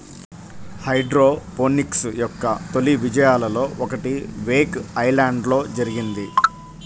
hydroponics యొక్క తొలి విజయాలలో ఒకటి వేక్ ఐలాండ్లో జరిగింది